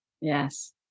yes